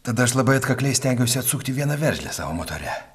tada aš labai atkakliai stengiausi atsukti vieną veržlę savo motore